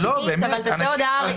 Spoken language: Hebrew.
אבל תצא הודעה.